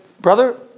brother